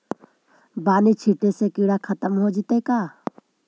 बानि छिटे से किड़ा खत्म हो जितै का?